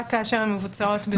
רק כאשר הן מבוצעות ב-...